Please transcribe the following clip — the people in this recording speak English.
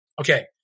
Okay